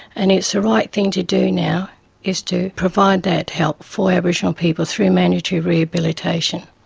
and it's the right thing to do now is to provide that help for aboriginal people through mandatory rehabilitation.